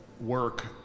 work